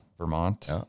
Vermont